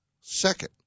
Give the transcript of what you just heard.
Second